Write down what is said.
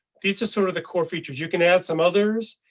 these are sort of the core features. you can add some others.